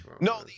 No